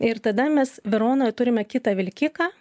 ir tada mes veronoje turime kitą vilkiką